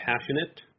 passionate